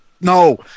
No